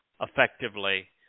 effectively